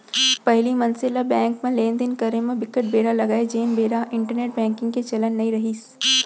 पहिली मनसे ल बेंक म लेन देन करे म बिकट बेरा लगय जेन बेरा इंटरनेंट बेंकिग के चलन नइ रिहिस